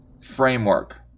framework